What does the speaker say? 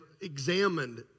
examined